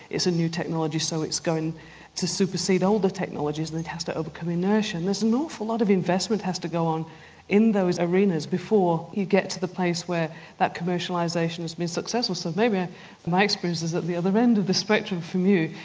it's a new technology so it's going to supersede older technologies and it has to overcome inertia. and there's an awful lot of investment has to go on in those arenas before you get to the place where that commercialization has been successful. so maybe my experience is at the other end of the spectrum from you.